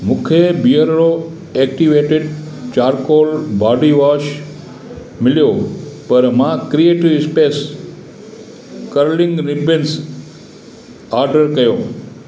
मूंखे Beardo activated charcoal body wash मिलियो पर मां creative space curling ribbons order कयो